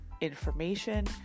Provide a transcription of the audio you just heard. information